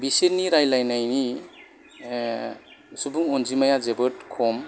बिसोरनि रायलायनायनि सुबुं अनजिमाया जोबोद खम